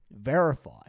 Verify